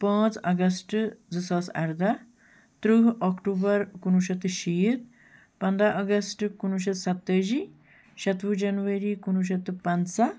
پانٛژھ اَگست زٕ ساس اَردَہ تٕرہ اکتوٗبر کُنوُہ شٮ۪تھ تہٕ شیٖتھ پنٛداہ اگست کُنوُہ شٮ۪تھ سَتٲجی شیٚتوُہ جنؤری کُنوُہ شٮ۪تھ تہٕ پنٛژاہ